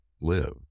live